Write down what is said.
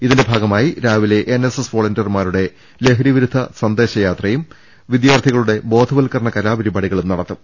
ഇതിന്റെ ഭാഗമായി രാവിലെ എൻ എസ്എസ് വൊളന്റിയർമാരുടെ ലഹരി വിരുദ്ധ സന്ദേശ യാത്രയും വിദ്യാർത്ഥികളുടെ ബോധവൽക്കരണ കലാപരിപാടികളും നടത്തും